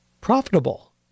profitable